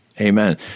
Amen